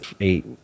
eight